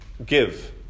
Give